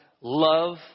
Love